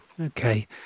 Okay